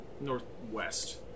northwest